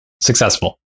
successful